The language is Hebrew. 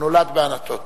הוא נולד בענתות.